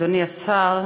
אדוני השר,